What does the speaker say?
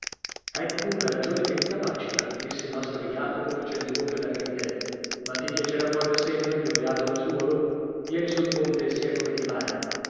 ecco una ragione che mi capacita disse mastro jacopo facendo bocca da ridere ma ti piacerà poi da senno il mio beato masuolo vieni sul ponte e sia come ti pare